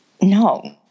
No